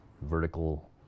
vertical